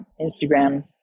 Instagram